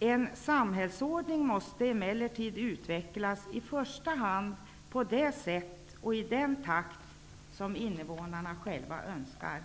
en samhällsordning i första hand måste utvecklas på det sätt och i den takt som invånarna själva önskar.